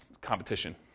competition